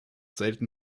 selten